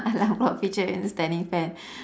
alarm clock feature in the standing fan